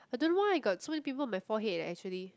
I don't know why I got so many pimple on my forehead leh actually